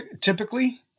typically